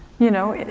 you know,